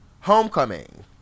Homecoming